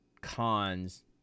cons